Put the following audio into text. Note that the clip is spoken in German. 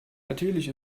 natürlich